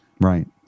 Right